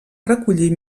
recollir